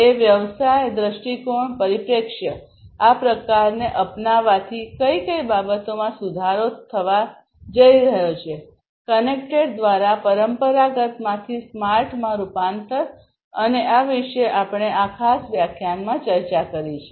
એ વ્યવસાય દ્રષ્ટિકોણ પરિપ્રેક્ષ્ય આ પ્રકારને અપનાવવાથી કઈ કઈ બાબતોમાં સુધારો થવા જઈ રહ્યો છે કનેક્ટેડ દ્વારા પરંપરાગતમાંથી સ્માર્ટમાં રૂપાંતર અને આ વિશે આપણે આ ખાસ વ્યાખ્યાનમાં ચર્ચા કરી છે